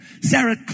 Sarah